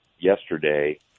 yesterday